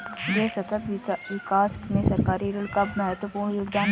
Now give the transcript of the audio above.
देश सतत विकास में सरकारी ऋण का महत्वपूर्ण योगदान है